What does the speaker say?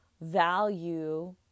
value